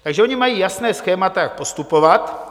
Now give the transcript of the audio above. Takže oni mají jasná schémata, jak postupovat.